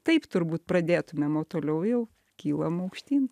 taip turbūt pradėtumėm o toliau jau kylam aukštyn